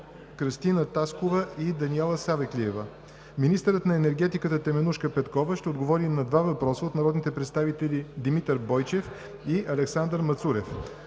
Кръстина Таскова и Даниела Савеклиева. 5. Министърът на енергетиката Теменужка Петкова ще отговори на два въпроса от народните представители Димитър Бойчев и Александър Мацурев.